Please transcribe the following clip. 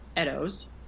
Edo's